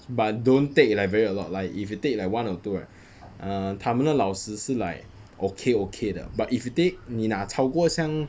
but don't take like very a lot like if you like take like one or two right err 他们的老师是 like okay okay 的 but if you take 你拿超过像